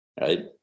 right